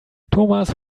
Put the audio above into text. thomas